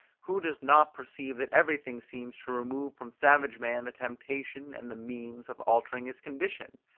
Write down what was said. who does not perceive that everything seems to remove from savage man the temptation and the means of altering his condition?